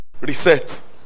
reset